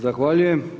Zahvaljujem.